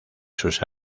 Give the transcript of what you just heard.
sus